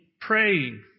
praying